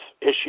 issue